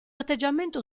atteggiamento